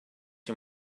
you